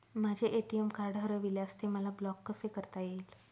माझे ATM card हरविल्यास ते मला ब्लॉक कसे करता येईल?